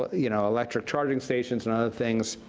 you know, electric charging stations and other things,